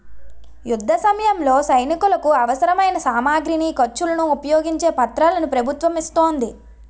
యుద్ధసమయంలో సైనికులకు అవసరమైన సామగ్రిని, ఖర్చులను ఉపయోగించే పత్రాలను ప్రభుత్వం ఇస్తోంది